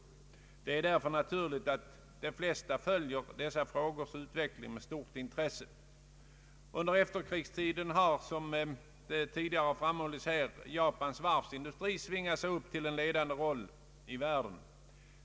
Det är därför naturligt att de flesta följer dessa frågors utveckling med stort intresse. Under efterkrigstiden har, som tidigare framhållits, Japans varvsindustri svingat sig upp till en ledande roll i världen.